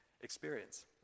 experience